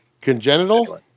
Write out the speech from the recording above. congenital